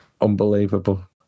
Unbelievable